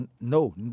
no